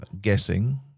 guessing